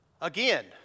Again